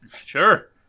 Sure